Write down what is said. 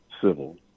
civil